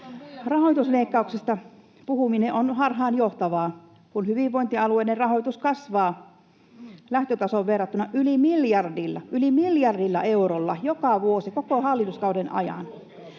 Rahoitusleikkauksista puhuminen on harhaanjohtavaa, kun hyvinvointialueiden rahoitus kasvaa lähtötasoon verrattuna yli miljardilla — yli miljardilla eurolla — joka vuosi koko hallituskauden ajan.